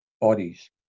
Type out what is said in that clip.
bodies